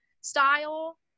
style